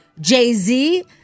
Jay-Z